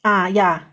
ah ya